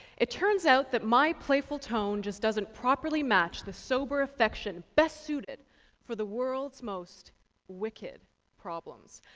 it turns out that my playful tone just doesn't properly match the sober affection best suited for the world's most wicked problems!